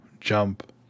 jump